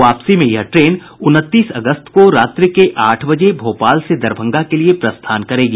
वापसी में यह ट्रेन उनतीस अगस्त को रात्रि के आठ बजे भोपाल से दरभंगा के लिये प्रस्थान करेगी